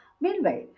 Meanwhile